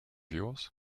yours